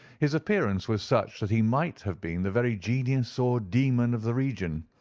his appearance was such that he might have been the very genius or demon of the region.